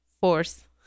force